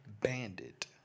Bandit